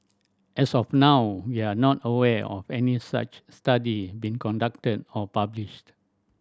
as of now we are not aware of any such study being conducted or published